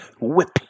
Whip